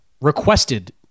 requested